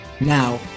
Now